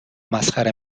مسخره